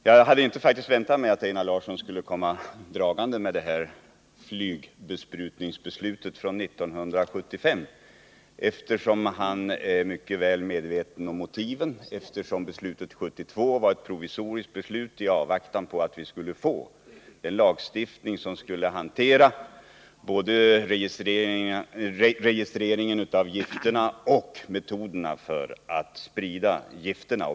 Jag hade faktiskt inte väntat att Einar Larsson skulle komma dragande med flygbesprutningsbeslutet från 1975, eftersom han måste vara väl medveten om motiven och att beslutet av år 1972 var ett provisoriskt beslut i avvaktan på att vi skulle få en lagstiftning som skulle hantera både registreringen av gifterna och metoderna för dessas spridning.